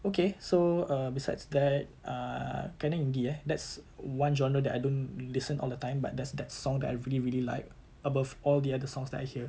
okay so uh besides that err canon in D eh that's one genre that I don't listen all the time but that that's a song that I really really like above all the other songs that I hear